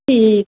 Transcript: ठीक